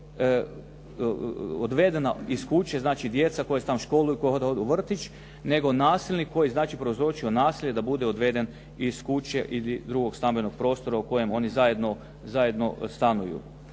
odvedena iz kuće, znači djeca koja se tamo školuju koja idu u vrtić, nego nasilnik koji je prouzročio nasilje da bude odveden iz kuće ili iz drugog stambenog prostora u kojem oni zajedno stanuju.